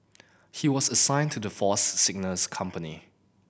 he was assigned to the Force's Signals company